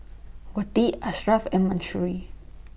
Wati Ashraf and Mahsuri